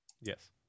Yes